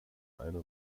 eine